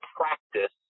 practice